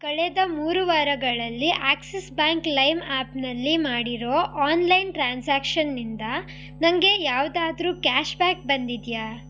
ಕಳೆದ ಮೂರು ವಾರಗಳಲ್ಲಿ ಆಕ್ಸಿಸ್ ಬ್ಯಾಂಕ್ ಲೈಮ್ ಆ್ಯಪ್ನಲ್ಲಿ ಮಾಡಿರೋ ಆನ್ಲೈನ್ ಟ್ರಾನ್ಸಾಕ್ಷನ್ನಿಂದ ನನಗೆ ಯಾವುದಾದ್ರು ಕ್ಯಾಷ್ಬ್ಯಾಕ್ ಬಂದಿದೆಯಾ